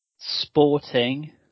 Sporting